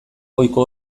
goiko